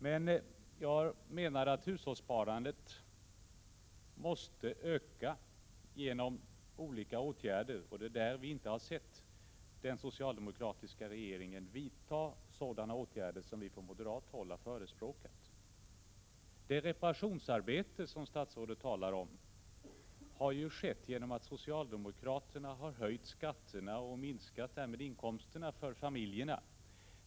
Men jag menar att hushållssparandet måste öka genom olika åtgärder, och vi har inte sett den socialdemokratiska regeringen vidta sådana åtgärder som vi på moderat håll har förespråkat. Det reparationsarbete som statsrådet talar om har ju skett genom att socialdemokraterna har höjt skatterna och därmed minskat inkomsterna för familjerna.